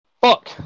Fuck